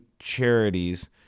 charities